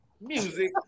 Music